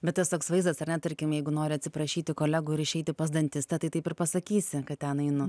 bet tas toks vaizdas ar ne tarkim jeigu nori atsiprašyti kolegų ir išeiti pas dantistą tai taip ir pasakysi kad ten einu